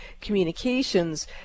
communications